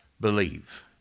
believe